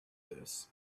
this